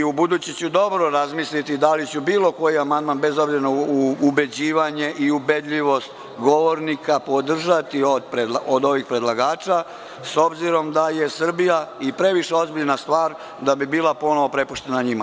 Ubuduće ću dobro razmisliti da li ću bilo koji amandman, bez obzira na ubeđivanja i na ubedljivost govornika, podržati od ovih predlagača, s obzirom da je Srbija i previše ozbiljna stvar da bi ponovo bila prepuštena njima.